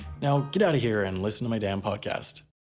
now get out of here and listen to my damn podcast.